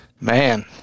man